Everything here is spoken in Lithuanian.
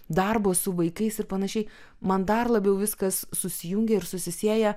darbo su vaikais ir panašiai man dar labiau viskas susijungia ir susisieja